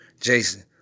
Jason